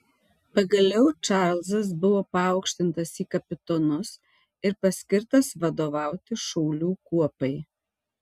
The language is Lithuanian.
pagaliau čarlzas buvo paaukštintas į kapitonus ir paskirtas vadovauti šaulių kuopai